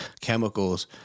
chemicals